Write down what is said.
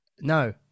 No